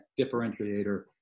differentiator